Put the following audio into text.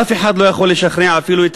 אף אחד לא יכול לשכנע אפילו את